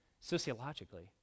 sociologically